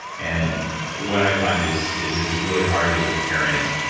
and what i find is is it's really hard as a parent